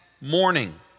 morning